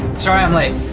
sorry i'm late.